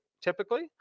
typically